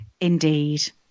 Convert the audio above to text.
indeed